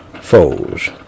foes